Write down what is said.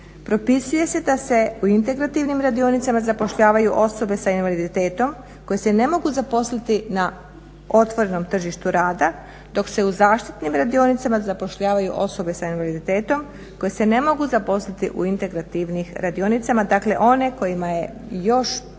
Propisuje se da se u integrativnim radionicama zapošljavaju osobe sa invaliditetom koje se ne mogu zaposliti na otvorenom tržištu rada dok se u zaštitnim radionicama zapošljavaju osobe sa invaliditetom koje se ne mogu zaposliti u integrativnim radionicama. Dakle, one kojima je potreban